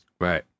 Right